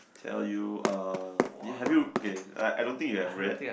tell you uh do you have you okay I I don't think you have read